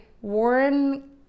Warren